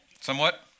Somewhat